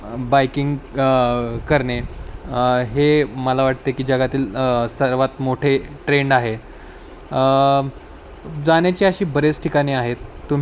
ब बाइकिंग करणे हे मला वाटते की जगातील सर्वात मोठे ट्रेंड आहे जाण्याची अशी बरेच ठिकाणं आहेत तुम्ही